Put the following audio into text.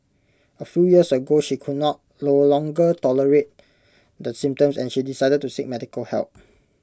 A few years ago she could not no longer tolerate the symptoms and she decided to seek medical help